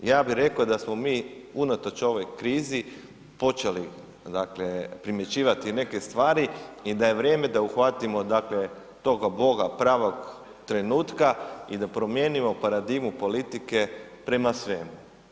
Ja bi rekao da smo mi unatoč ovoj krizi počeli dakle primjećivati neke stvari i da je vrijeme da uhvatimo dakle toga boga pravog trenutka i da promijenimo paradigmu politike prema svemu.